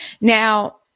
Now